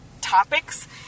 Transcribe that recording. topics